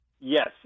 Yes